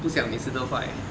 不想每次都坏